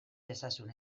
dezazun